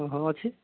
ହଁ ଅଛି